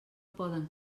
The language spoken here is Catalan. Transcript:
poden